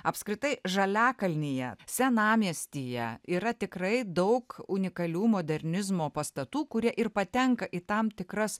apskritai žaliakalnyje senamiestyje yra tikrai daug unikalių modernizmo pastatų kurie ir patenka į tam tikras